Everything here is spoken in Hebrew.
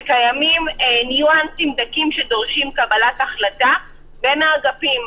וקיימים ניואנסים דקים שדורשים קבלת החלטה בין האגפים.